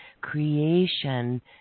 creation